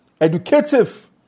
educative